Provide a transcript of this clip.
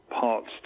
parts